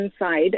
inside